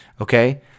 okay